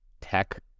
tech